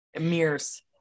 mirrors